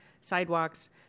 sidewalks